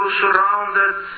surrounded